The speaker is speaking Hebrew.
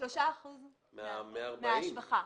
3% מההשבחה.